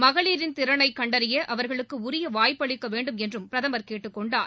மகளிரின் திறனை கண்டறிய அவர்களுக்கு உரிய வாய்ப்பளிக்க வேண்டும் என்றும் பிரதமர் கேட்டுக் கொண்டார்